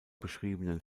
beschriebenen